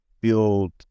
build